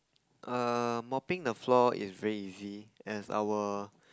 err mopping the floor is very easy as our